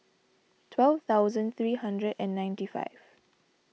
twelve thousand three hundred and ninety five